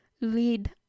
lead